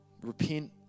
Repent